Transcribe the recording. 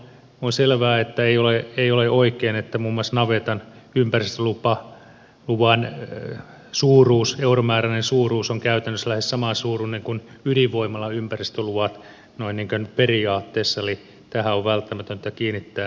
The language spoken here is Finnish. on selvää että ei ole oikein että muun muassa navetan ympäristöluvan euromääräinen suuruus on käytännössä lähes samansuuruinen kuin ydinvoimalan ympäristöluvan noin niin kuin periaatteessa eli tähän on välttämätöntä kiinnittää huomiota